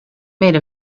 made